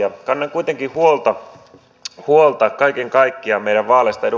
kannan kuitenkin huolta kaiken kaikkiaan meidän vaaleistamme